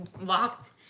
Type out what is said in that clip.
locked